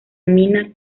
mina